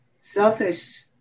selfish